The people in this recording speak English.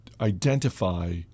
identify